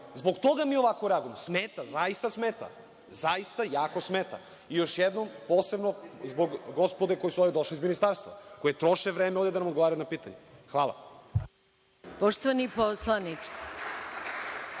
Zbog toga mi ovako radimo. Smeta, zaista smeta, zaista jako smeta. Još jednom, posebno zbog gospode koji su ovde došli iz Ministarstva, koji troše vreme da nam ovde odgovaraju na pitanja. Hvala.